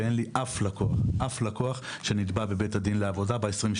ואין לי אף לקוח שנתבע בבית הדין לעבודה.